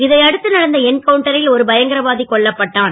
இதை அடுத்து நடந்த எண்கவுண்டரில் ஒரு பயங்கரவாதி கொல்லப்பட்டான்